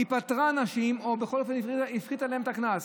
היא פטרה אנשים או בכל אופן הפחיתה להם את הקנס.